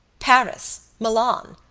paris, milan,